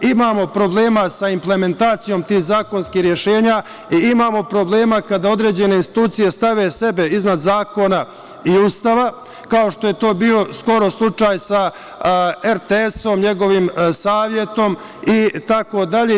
Imamo problema sa implementacijom tih zakonskih rešenja i imamo problema kada određene institucije stave sebe iznad zakona i Ustava, kao što je to bio skoro slučaj sa RTS, njegovim Savetom i tako dalje.